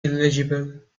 illegible